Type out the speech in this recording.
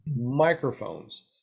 microphones